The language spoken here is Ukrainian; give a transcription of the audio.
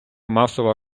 масова